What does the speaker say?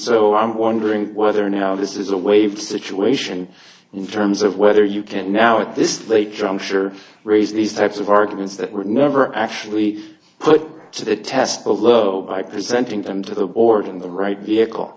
so i'm wondering whether now this is a wave situation in terms of whether you can now at this late drum sure raise these types of arguments that were never actually put to the test below by present them to the board in the right vehicle